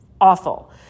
awful